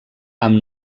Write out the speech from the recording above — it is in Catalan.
amb